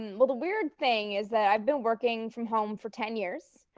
and well the weird thing is that i've been working from home for ten years,